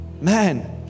Man